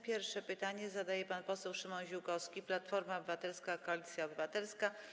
Pierwsze pytanie zadaje pan poseł Szymon Ziółkowski, Platforma Obywatelska - Koalicja Obywatelska.